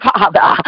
Father